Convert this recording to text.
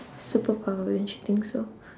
superpower don't you think so